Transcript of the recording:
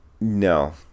No